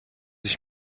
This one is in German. ich